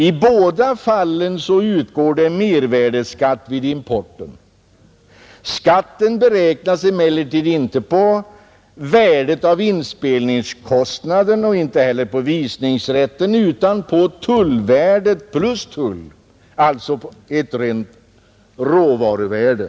I båda fallen utgår mervärdeskatt vid import, men skatten beräknas inte på Nr 104 värdet av inspelningskostnaderna och inte heller på visningsrätten utan på Onsdagen den tullvärdet plus tull, alltså ett rent råvaruvärde.